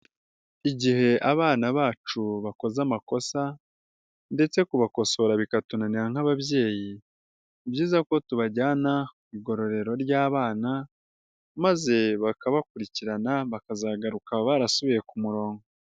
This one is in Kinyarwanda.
Igihe abana bacu bakoze amakosa ndetse kubakosora bikatunanira nk'ababyeyi, ni byiza ko tubajyana ku igororero ry'abana maze bakabakurikirana bakazagaruka barasubiye ku murongo.